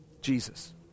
Jesus